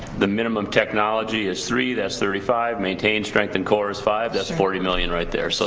the minimum technology is three, that's thirty five, maintain, strength and core is five, that's forty million right there, so